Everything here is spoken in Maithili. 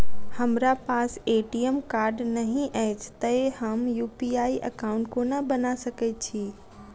हमरा पास ए.टी.एम कार्ड नहि अछि तए हम यु.पी.आई एकॉउन्ट कोना बना सकैत छी